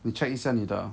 你 check 一下你的